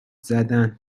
زدن